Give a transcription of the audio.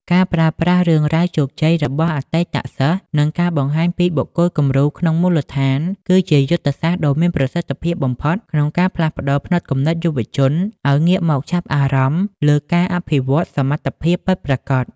ការប្រើប្រាស់រឿងរ៉ាវជោគជ័យរបស់អតីតសិស្ស និងការបង្ហាញពីបុគ្គលគំរូក្នុងមូលដ្ឋាន គឺជាយុទ្ធសាស្ត្រដ៏មានប្រសិទ្ធភាពបំផុត ក្នុងការផ្លាស់ប្តូរផ្នត់គំនិតយុវជនឱ្យងាកមកចាប់អារម្មណ៍លើការអភិវឌ្ឍសមត្ថភាពពិតប្រាកដ។